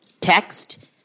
text